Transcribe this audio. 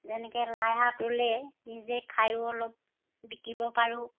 যেনে লাইশাক ৰুলে নিজে খায়ো অলপ বিকিব পাৰোঁ